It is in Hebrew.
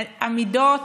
אמידות,